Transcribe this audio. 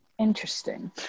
Interesting